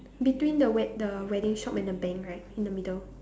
between the wed~ the wedding shop and the bank right in the middle